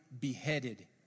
beheaded